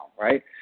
Right